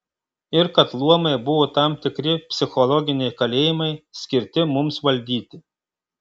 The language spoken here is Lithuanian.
ir kad luomai buvo tam tikri psichologiniai kalėjimai skirti mums valdyti